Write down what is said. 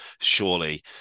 Surely